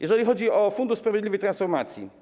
Jeżeli chodzi o Fundusz na rzecz Sprawiedliwej Transformacji.